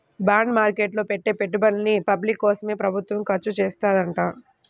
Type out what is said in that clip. bond market లో పెట్టే పెట్టుబడుల్ని పబ్లిక్ కోసమే ప్రభుత్వం ఖర్చుచేత్తదంట